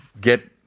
get